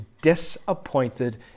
disappointed